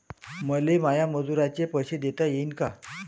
मले माया मजुराचे पैसे देता येईन का?